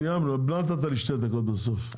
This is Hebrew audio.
סיימנו, לא נתת לי שתי דקות בסוף.